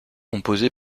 composé